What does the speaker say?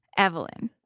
evelyn.